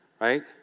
right